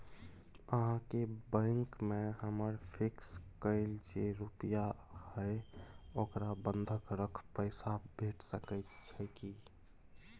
अहाँके बैंक में हमर फिक्स कैल जे रुपिया हय ओकरा बंधक रख पैसा भेट सकै छै कि?